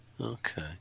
Okay